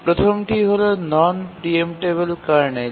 প্রথমটি হল non preemptible kernel